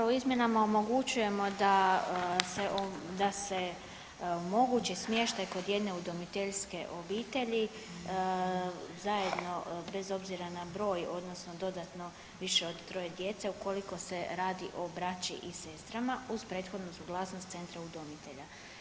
Zapravo, izmjenama omogućujemo da se omogući smještaj kod jedne udomiteljske obitelji zajedno bez obzira na broj odnosno dodatno više od troje djece, ukoliko se radi o braći i sestrama, uz prethodnu suglasnost centra udomitelja.